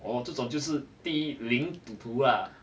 哦这种就是的第一零赌徒 lah